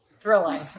thrilling